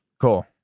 Cool